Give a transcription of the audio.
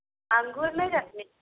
अंगूर नहि रखने छी